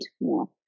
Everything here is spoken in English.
more